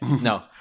no